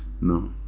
No